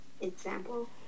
Example